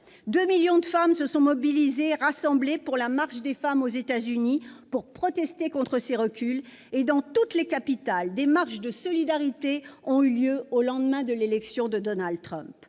Deux millions de femmes se sont rassemblées, lors de « la marche des femmes » aux États-Unis, pour protester contre ces reculs. Dans toutes les capitales, des marches de solidarité ont eu lieu au lendemain de l'élection de Donald Trump.